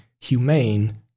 humane